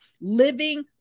living